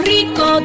Rico